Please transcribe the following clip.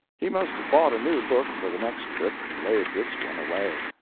he must have bought a new book for the next trip and laid this one away.